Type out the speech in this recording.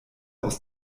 aus